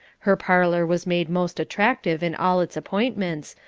her parlour was made most attractive in all its appointments,